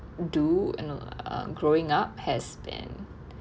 do you know um growing up has been